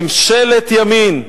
ממשלת ימין,